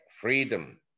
freedom